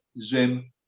zim